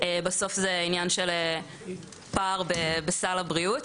בסוף זה עניין של פער בסל הבריאות.